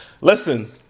Listen